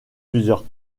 plusieurs